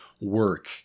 work